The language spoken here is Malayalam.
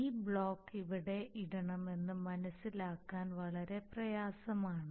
ഈ ബ്ലോക്ക് എവിടെ ഇടണമെന്ന് മനസിലാക്കാൻ വളരെ പ്രയാസമാണ്